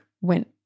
went